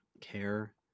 care